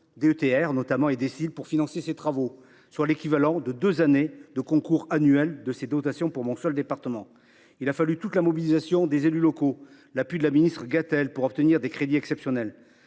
local (DSIL) pour financer ces travaux, soit l’équivalent de deux années de concours annuels de ces dotations pour mon seul département. Il a fallu toute la mobilisation des élus locaux et l’appui de la ministre Françoise Gatel pour obtenir des crédits exceptionnels.